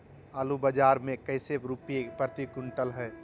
आलू बाजार मे कैसे रुपए प्रति क्विंटल है?